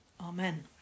Amen